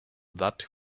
that